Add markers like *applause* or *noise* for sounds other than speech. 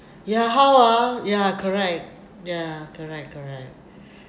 ya how ah ya correct ya correct correct *breath*